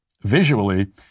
visually